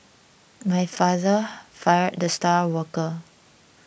my father fired the star worker